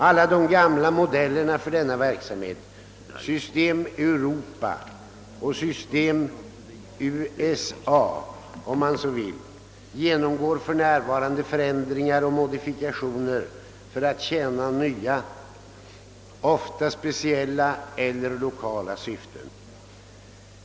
Alla de gamla modellerna för denna verksamhet — system Europa och system USA, om man så vill — genomgår för närvarande förändringar och modifikationer för att kunna tjäna nya, ofta speciella eller l1okala syften.